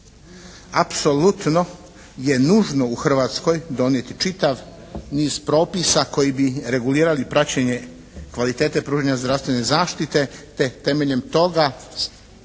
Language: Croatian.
Apsolutno je nužno u Hrvatskoj donijeti čitav niz propisa koji bi regulirali praćenje kvalitete pružanja zdravstvene zaštite, te temeljem toga